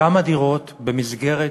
כמה דירות במסגרת